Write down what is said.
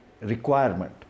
requirement